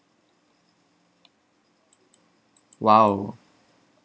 !wow!